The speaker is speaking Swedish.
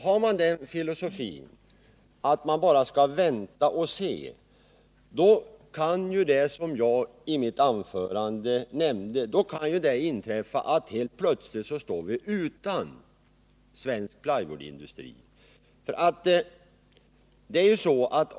Har man den filosofin att man bara skall vänta och se kan det, som jag i mitt anförande nämnde, inträffa att vi helt plötsligt står utan svensk plywoodindustri.